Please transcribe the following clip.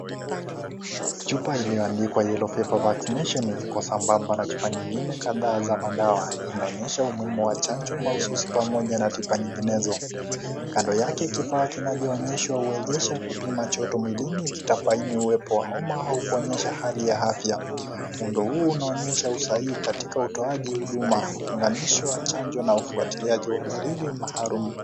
Chupa iliyoandikwa (cs) yellow fever vaccination (cs) iko sambamba na chupa nyingine kadhaa za madawa. Inaonyesha umuhimu wa chanjo mahususi pamoja na tiba nyinginezo. Kando yake kifaa kinachonyeshwa uwezesha kupima joto mwilini kitabaini iwapo homa au kuonyesha hali ya afya. Muundo huu unoonyesha usahii katika utoaji huduma ukiunganishwa chanjo na ufuatiliaji wa dalili mahalum.